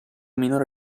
minore